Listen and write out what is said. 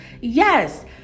Yes